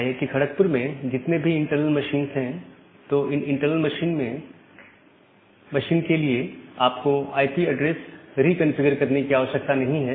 IIT Kharagpur में जितने भी इंटरनल मशीन हैं तो इन इंटरनल मशीन के लिए आपको आईपी ऐड्रेस रिकंफीग्र करने की आवश्यकता नहीं है